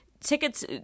tickets